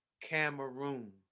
Cameroon